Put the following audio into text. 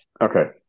Okay